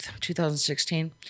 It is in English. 2016